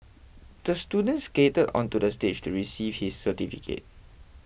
the student skated onto the stage to receive his certificate